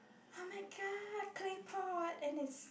oh-my-god claypot and it's